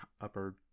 upper